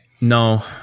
No